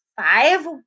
five